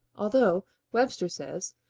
although webster says,